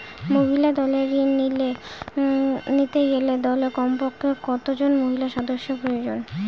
মহিলা দলের ঋণ নিতে গেলে দলে কমপক্ষে কত জন মহিলা সদস্য প্রয়োজন?